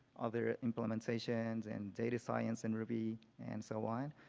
other implementations and data science and ruby and so on.